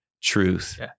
truth